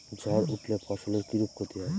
ঝড় উঠলে ফসলের কিরূপ ক্ষতি হয়?